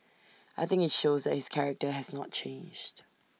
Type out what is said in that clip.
I think IT shows that his character has not changed